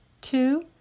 two